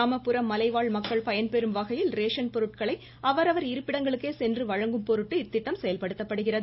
கிராமப்புற மலைவாழ் மக்கள் பயன்பெறும் வகையில் ரேஷன் பொருட்களை அவரவர் இருப்பிடங்களுக்கே சென்று வழங்கும் பொருட்டு இத்திட்டம் செயல்படுத்தப்படுகிறது